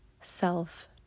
self